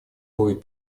будет